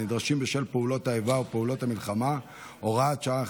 הנדרשים בשל פעולות האיבה או פעולות המלחמה (הוראות שעה,